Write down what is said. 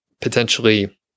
potentially